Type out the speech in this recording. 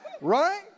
right